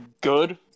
good